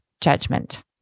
judgment